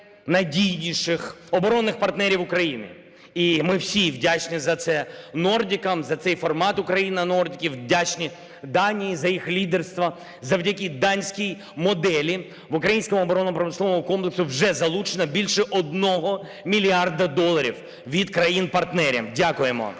найнадійніших оборонних партнерів України. І ми всі вдячні за це "нордікам", за цей формат Україна-Нордік, вдячні Данії за їх лідерство. Завдяки данській моделі в український оборонно-промисловий комплекс вже залучено більше 1 мільярда доларів від країн-партнерів. Дякуємо.